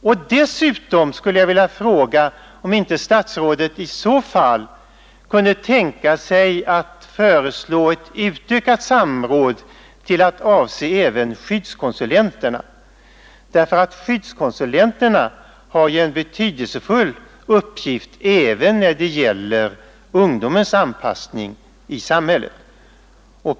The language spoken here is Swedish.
Och dessutom skulle jag vilja fråga: Kan statsrådet i så fall tänka sig att föreslå ett utökat samråd, omfattande även skyddskonsulenterna? De har ju en betydelsefull uppgift när det gäller ungdomens anpassning i samhället.